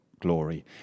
glory